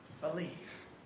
Believe